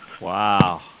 Wow